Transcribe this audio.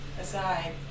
aside